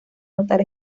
notar